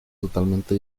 totalmente